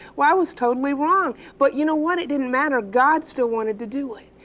well i was totally wrong. but you know what? it didn't matter. god still wanted to do it.